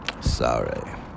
sorry